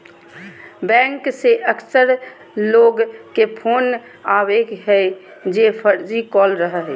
bank से अक्सर लोग के फोन आवो हइ जे फर्जी कॉल रहो हइ